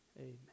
Amen